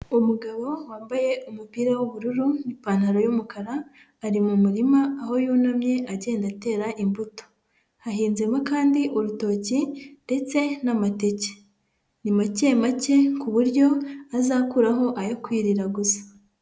Umugabo wambaye umupira w'ubururu n'ipantaro y'umukara ari mu murima aho yunamye agenda atera imbuto, hahinzemo kandi urutoki ndetse n'amateke, ni macye macye ku buryo azakuraho ayo kwirira gusa.